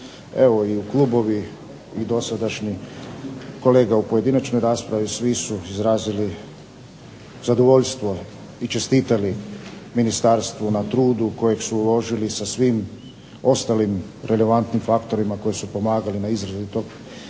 Evo i klubovi i dosadašnje kolege u pojedinačnoj raspravi svi su izrazili zadovoljstvo i čestitali ministarstvu na trudu sa svim ostalim relevantnim faktorima koji su pomagali na izradi tog